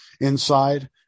inside